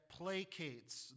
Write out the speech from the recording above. placates